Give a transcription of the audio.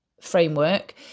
framework